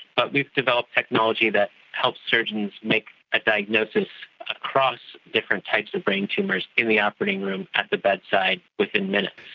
but we've developed technology that helps surgeons make a diagnosis across different types of brain tumours in the operating room, at the but bedside, within minutes.